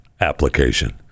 application